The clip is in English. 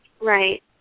Right